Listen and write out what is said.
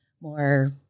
more